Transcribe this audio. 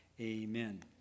Amen